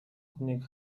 хүнийг